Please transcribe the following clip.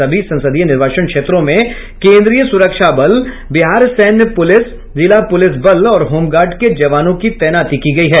सभी संसदीय निर्वाचन क्षेत्रों में केंद्रीय सुरक्षा बल बिहार सैन्य पुलिस जिला पुलिस बल और होमगार्ड के जवानों की तैनाती की गयी है